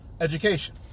education